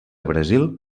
brasil